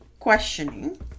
questioning